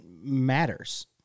matters